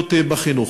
הזדמנויות בחינוך.